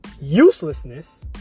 uselessness